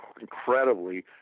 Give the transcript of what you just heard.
incredibly